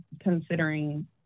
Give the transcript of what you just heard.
considering